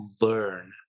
learn